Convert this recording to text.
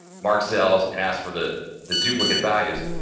mark cells and ask for the the duplicate values.